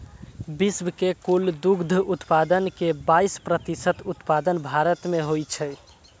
विश्व के कुल दुग्ध उत्पादन के बाइस प्रतिशत उत्पादन भारत मे होइ छै